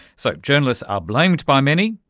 so journalists are blamed by many,